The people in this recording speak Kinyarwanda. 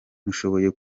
mushoboye